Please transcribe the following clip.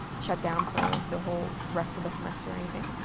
shut down for the whole rest of the semester or anything.